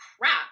crap